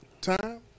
time